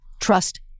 trust